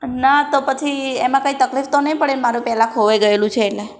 ના તો પછી એમાં કંઇ તકલીફ તો નહીં પડે ને મારું પહેલાં ખોવાઈ ગયેલું છે એટલે